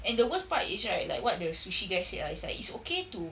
and the worst part is right like what the sushi guy said ah is like it's okay to